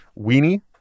weenie